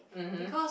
mmhmm